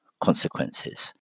consequences